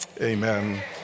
Amen